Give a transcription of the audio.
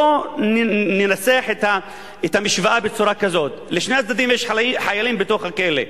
בוא ננסח את המשוואה בצורה כזאת: לשני הצדדים יש חיילים בתוך הכלא,